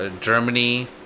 Germany